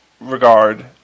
regard